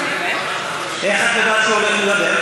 זו הצעה לסדר הדיון.